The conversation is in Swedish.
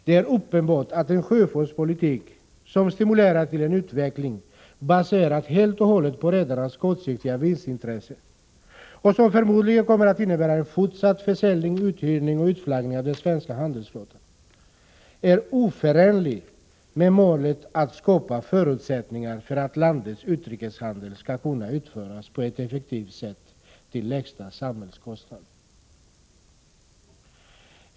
Det är uppenbart att en sjöfartspolitik som stimulerar till en utveckling baserad helt och hållet på redarnas kortsiktiga vinstintressen och som förmodligen kommer att innebära en fortsatt försäljning, uthyrning och utflaggning av den svenska handelsflottan är oförenlig med målet att skapa förutsättningar för att landets utrikeshandel skall kunna utföras på ett effektivt sätt till lägsta samhällskostnad.